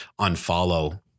unfollow